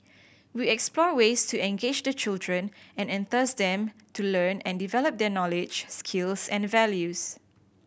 we explore ways to engage the children and enthuse them to learn and develop their knowledge skills and values